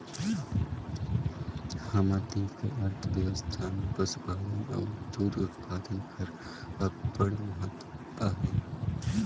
हमर देस कर अर्थबेवस्था में पसुपालन अउ दूद उत्पादन कर अब्बड़ महत अहे